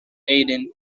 aden